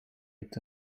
est